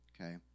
okay